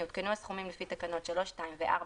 יעודכנו הסכומים לפי תקנות 3(2) ו-(4),